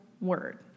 word